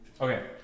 Okay